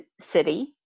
city